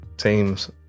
teams